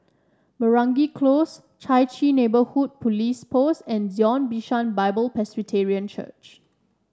Meragi Close Chai Chee Neighbourhood Police Post and Zion Bishan Bible Presbyterian Church